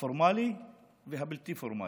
הפורמלי והבלתי-פורמלי.